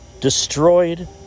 destroyed